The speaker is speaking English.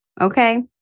okay